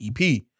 EP